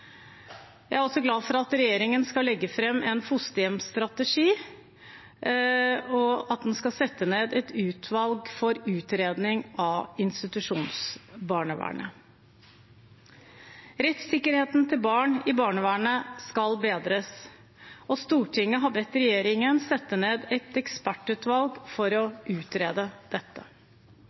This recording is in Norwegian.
Jeg er også glad for at regjeringen skal legge fram en fosterhjemsstrategi, og at den skal sette ned et utvalg for utredning av institusjonsbarnevernet. Rettsikkerheten til barn i barnevernet skal bedres, og Stortinget har bedt regjeringen sette ned et ekspertutvalg for å utrede dette.